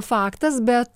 faktas bet